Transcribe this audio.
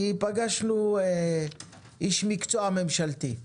כי פגשנו איש מקצוע ממשלתי,